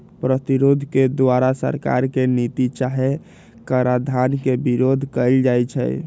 प्रतिरोध के द्वारा सरकार के नीति चाहे कराधान के विरोध कएल जाइ छइ